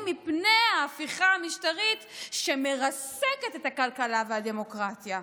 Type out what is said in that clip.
מפני ההפיכה המשטרית שמרסקת את הכלכלה והדמוקרטיה.